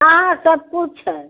हाँ हाँ सब कुछ है